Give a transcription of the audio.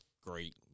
great